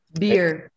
Beer